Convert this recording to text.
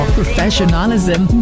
professionalism